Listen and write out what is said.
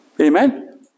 Amen